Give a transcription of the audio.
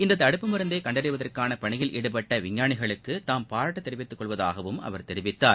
இந்த தடுப்பு மருந்தை கண்டறிவதற்கான பணியில் ஈடுபட்ட விஞ்ஞானிகளுக்கு தாம் பாராட்டு தெரிவித்துக் கொள்வதாகவும் அவர் தெரிவித்தார்